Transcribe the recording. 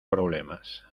problemas